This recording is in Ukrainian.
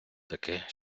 таке